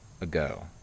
ago